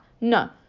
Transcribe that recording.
no